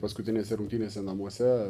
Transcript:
paskutinėse rungtynėse namuose